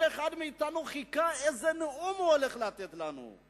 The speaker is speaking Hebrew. כל אחד מאתנו חיכה, איזה נאום הוא הולך לתת לנו.